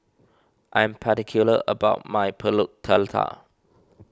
I am particular about my Pulut